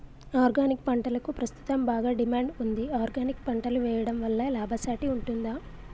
Organic పంటలకు ప్రస్తుతం బాగా డిమాండ్ ఉంది ఆర్గానిక్ పంటలు వేయడం వల్ల లాభసాటి ఉంటుందా?